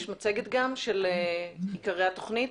יש גם מצגת את עיקרי התוכנית.